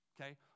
okay